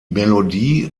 melodie